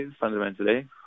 fundamentally